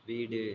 வீடு